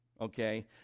okay